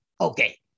Okay